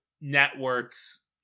networks